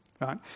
Right